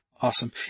Awesome